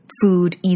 food